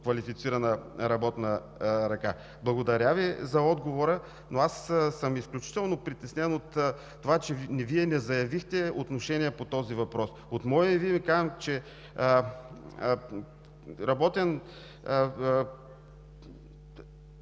квалифицирана работна ръка? Благодаря Ви за отговора, но аз съм изключително притеснен от това, че Вие не заявихте отношение по този въпрос. Искам да Ви заявя от мое